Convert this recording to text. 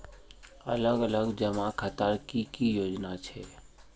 अलग अलग जमा खातार की की योजना छे?